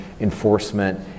enforcement